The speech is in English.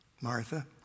Martha